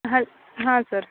ಹಲ್ ಹಾಂ ಸರ್